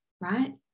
Right